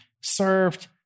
served